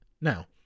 Now